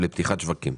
לפתיחת שווקים.